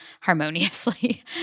harmoniously